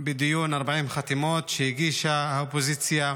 בדיון 40 חתימות שהגישה האופוזיציה